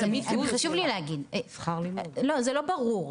סליחה, חשוב לי להגיד, לא זה לא ברור.